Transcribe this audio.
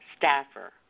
staffer